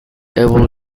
able